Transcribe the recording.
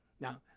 Now